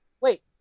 Wait